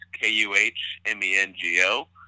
K-U-H-M-E-N-G-O